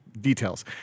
details